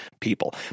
people